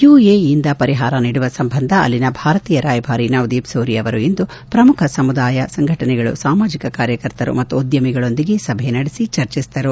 ಯುಎಇಯಿಂದ ಪರಿಹಾರ ನೀಡುವ ಸಂಬಂಧ ಅಲ್ಲಿನ ಭಾರತೀಯ ರಾಯಭಾರಿ ನವ್ದೀಪ್ ಸೂರಿ ಅವರು ಇಂದು ಪ್ರಮುಖ ಸಮುದಾಯ ಸಂಘಟನೆಗಳು ಸಾಮಾಜಿಕ ಕಾರ್ಯಕರ್ತರು ಮತ್ತು ಉದ್ದಮಿಗಳೊಂದಿಗೆ ಇಂದು ಸಭೆ ನಡೆಸಿ ಚರ್ಚಿಸಿದರು